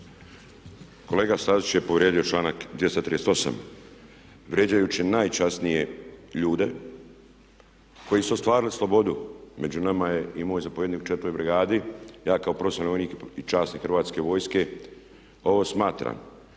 Kolega Stazić je povrijedio članak 238 vrijeđajući najčasnije ljude koji su ostvarili slobodu, među nama je i moj zapovjednik u IV. brigadi, ja kao profesionalni vojnik i časnik Hrvatske vojske ovo smatram